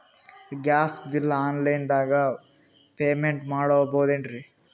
Gas bill online ದಾಗ payment ಮಾಡಬೋದೇನ್ರಿ?